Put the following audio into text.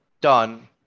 done